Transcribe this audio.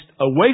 away